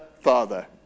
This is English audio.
Father